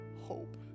hope